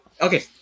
okay